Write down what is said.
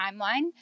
timeline